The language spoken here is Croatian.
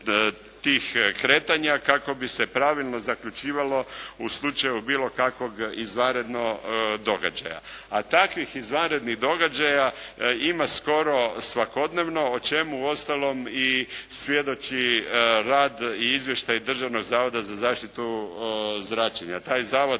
tih kretanja kako bi se pravilno zaključivalo u slučaju bilo kakvog izvanrednog događaja. A takvih izvanrednih događaja ima skoro svakodnevno o čemu uostalom i svjedoči rad i izvještaj Državnog zavoda za zaštitu od zračenja. Taj zavod